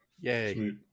Yay